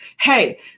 Hey